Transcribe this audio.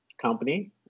company